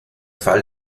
fall